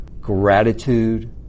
Gratitude